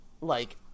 like-